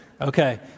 Okay